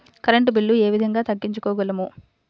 Current bill ఏ విధంగా తగ్గించుకోగలము?